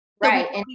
Right